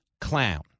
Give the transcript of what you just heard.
clown